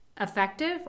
effective